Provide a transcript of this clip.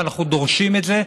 ואנחנו דורשים את זה,